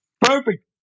Perfect